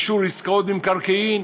אישור עסקאות במקרקעין.